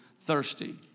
thirsty